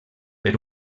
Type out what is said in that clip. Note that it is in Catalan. per